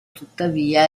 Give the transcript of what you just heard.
tuttavia